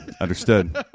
understood